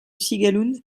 cigaloun